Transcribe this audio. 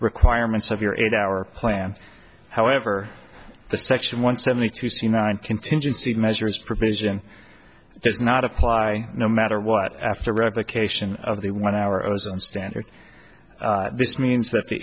requirements of your eight hour plan however the section one seventy two c nine contingency measures provision does not apply no matter what after replication of the one hour ozone standard this means that the